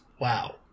Wow